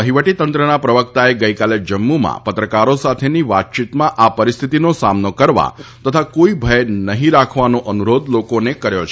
વઠીવટીતંત્રના પ્રવક્તાએ ગઈકાલે જમ્મુમાં પત્રકારો સાથેની વાતચીતમાં આ પરિસ્થિતિનો સામનો કરવા તથા કોઈ ભય નહીં રાખવાનો અનુરોધ લોકોને કર્યો છે